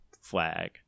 flag